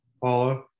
Paula